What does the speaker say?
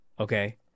Okay